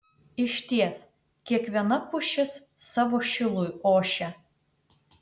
išties kiekviena pušis savo šilui ošia